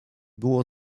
było